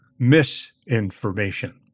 misinformation